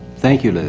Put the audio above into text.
thank you.